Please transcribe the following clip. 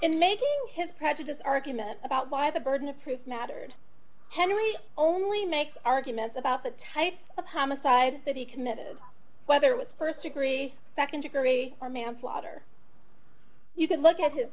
in making his prejudice argument about why the burden of proof mattered henry only makes arguments about the type of homicide that he committed whether it was st degree nd degree or manslaughter you could look at his